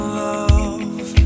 love